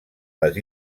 les